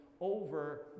over